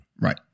Right